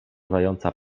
zająca